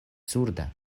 surda